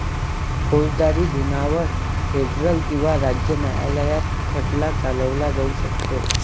फौजदारी गुन्ह्यांवर फेडरल किंवा राज्य न्यायालयात खटला चालवला जाऊ शकतो